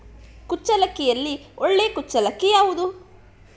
ಕುಚ್ಚಲಕ್ಕಿಯಲ್ಲಿ ಒಳ್ಳೆ ಕುಚ್ಚಲಕ್ಕಿ ಯಾವುದು?